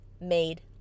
made